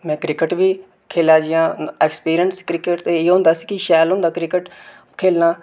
मैें cricket बी खेला जियां एक्सपीरियंस क्रिकेट ते इ'यै होंदा कि शैल होंदा क्रिकेट खेढा ना